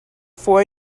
four